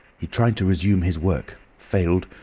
he tried to resume his work, failed,